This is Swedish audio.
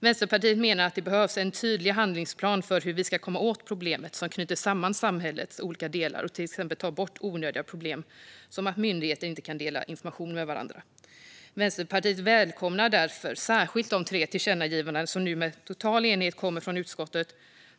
Vänsterpartiet menar att det behövs en tydlig handlingsplan för hur vi ska komma åt problemet som knyter samman samhällets olika delar och till exempel tar bort onödiga problem som att myndigheter inte kan dela information med varandra. Vänsterpartiet välkomnar därför särskilt de tre tillkännagivanden som nu med total enighet kommer från utskottet.